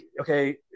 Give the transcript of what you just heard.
okay